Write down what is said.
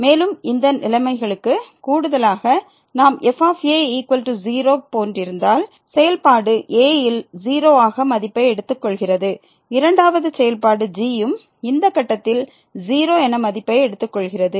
மேலும் அந்த நிலைமைகளுக்கு கூடுதலாக நாம் fa0 போன்றிருந்தால் செயல்பாடு a ல் 0 ஆக மதிப்பை எடுத்துக் கொள்கிறது இரண்டாவது செயல்பாடு g ம் இந்த கட்டத்தில் 0 என மதிப்பை எடுத்துக் கொள்கிறது